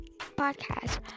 podcast